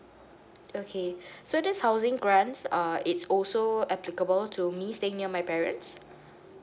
okay so these housing grants uh it's also applicable to me staying near my parents